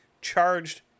charged